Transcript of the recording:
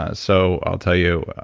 ah so, i'll tell you,